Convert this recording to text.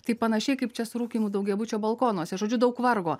tai panašiai kaip čia su rūkymu daugiabučio balkonuose žodžiu daug vargo